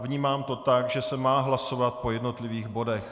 Vnímám to tak, že se má hlasovat po jednotlivých bodech.